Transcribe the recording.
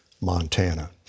Montana